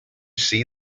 see